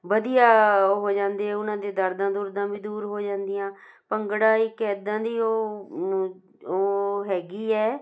ਵਧੀਆ ਹੋ ਜਾਂਦੇ ਆ ਉਹਨਾਂ ਦੇ ਦਰਦਾਂ ਦੂਰਦਾਂ ਵੀ ਦੂਰ ਹੋ ਜਾਂਦੀਆਂ ਭੰਗੜਾ ਇੱਕ ਐਦਾਂ ਦੀ ਉਹ ਉਹ ਹੈਗੀ ਹੈ